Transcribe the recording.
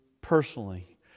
personally